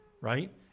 right